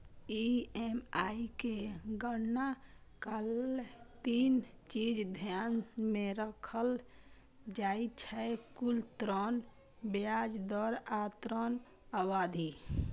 EMI के गणना काल तीन चीज ध्यान मे राखल जाइ छै, कुल ऋण, ब्याज दर आ ऋण अवधि